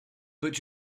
but